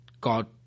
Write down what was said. God